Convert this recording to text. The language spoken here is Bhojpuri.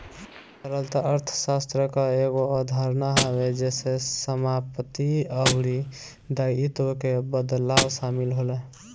तरलता अर्थशास्त्र कअ एगो अवधारणा हवे जेसे समाप्ति अउरी दायित्व के बदलाव शामिल होला